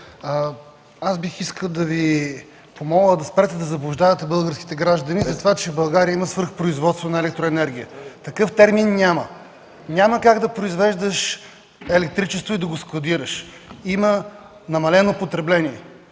бих искал да Ви помоля да спрете да заблуждавате българските граждани с това, че в България има свръхпроизводство на електроенергия. Такъв термин няма. Няма как да произвеждаш електричество и да го складираш. Има намалено потребление.